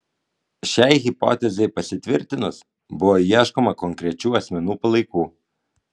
šiai hipotezei pasitvirtinus buvo ieškoma konkrečių asmenų palaikų